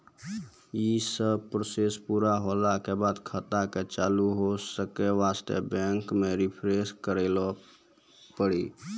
यी सब प्रोसेस पुरा होला के बाद खाता के चालू हो के वास्ते बैंक मे रिफ्रेश करैला पड़ी?